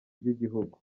ry’igihugu